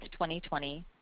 2020